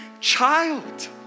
child